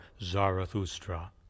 Zarathustra